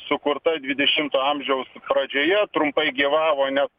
sukurta dvidešimto amžiaus pradžioje trumpai gyvavo nes